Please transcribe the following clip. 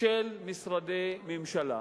של משרדי ממשלה.